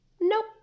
Nope